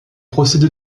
procédé